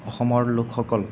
অসমৰ লোকসকল